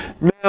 Now